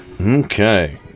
Okay